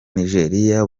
nigeria